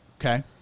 okay